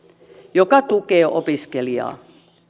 joka tukee opiskelijaa